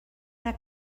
una